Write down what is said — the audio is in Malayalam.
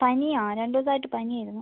പാനി ആണ് രണ്ട് ദിവസമായിട്ട് പനി ആയിരുന്നു